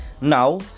now